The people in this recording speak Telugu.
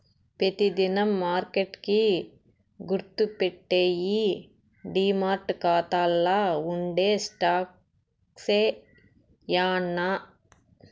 పెతి దినం మార్కెట్ కి గుర్తుపెట్టేయ్యి డీమార్ట్ కాతాల్ల ఉండే స్టాక్సే యాన్నా